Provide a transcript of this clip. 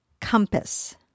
compass